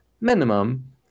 minimum